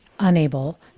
unable